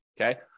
okay